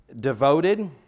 Devoted